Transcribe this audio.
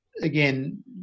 again